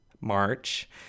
March